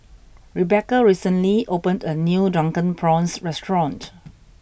Rebecca recently opened a new drunken prawns restaurant